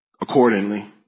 accordingly